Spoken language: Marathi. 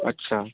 अच्छा